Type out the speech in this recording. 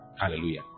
Hallelujah